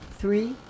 three